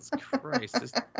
Christ